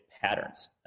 patterns